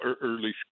early